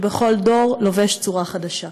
שבכל דור לובש צורה חדשה.